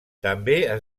també